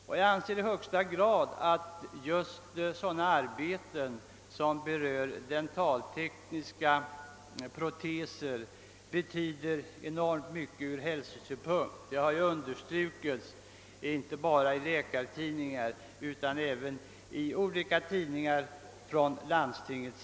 Jag har den bestämda uppfattningen att dentaltekniska arbeten betyder enormt mycket ur hälsosynpunkt. Detta har understrukits i olika sammanhang.